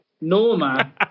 norma